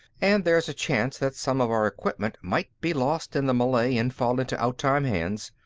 and there's a chance that some of our equipment might be lost in the melee and fall into outtime hands.